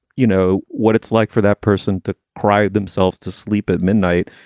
you know what it's like for that person to cry themselves to sleep at midnight,